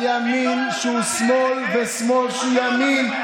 על ימין שהוא שמאל ושמאל שהוא ימין,